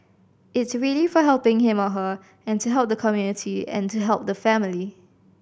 it's really for helping him or her and to help the community and to help the family